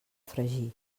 fregir